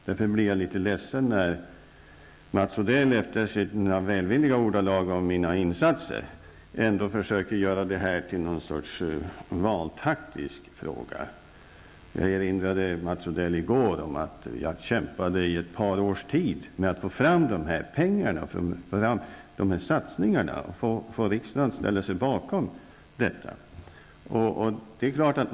Därför blir jag litet ledsen när Mats Odell efter sina välvilliga ord om mina insatser ändå försöker göra det här till något slags valtaktisk fråga. Jag erinrade i går Mats Odell om att jag kämpade i ett par års tid för att få fram de här pengarna, för att få till stånd de här satsningarna och för att få riksdagen att ställa sig bakom dem.